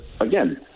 again